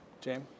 James